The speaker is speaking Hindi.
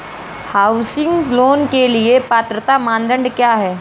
हाउसिंग लोंन के लिए पात्रता मानदंड क्या हैं?